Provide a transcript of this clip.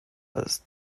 als